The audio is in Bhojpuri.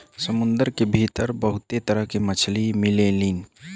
समुंदर के भीतर बहुते तरह के मछली मिलेलीन